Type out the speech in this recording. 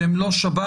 שהם לא שבת,